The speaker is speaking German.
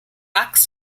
bugs